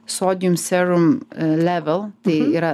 sodijum serum level tai yra